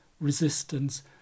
resistance